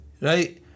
right